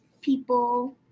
people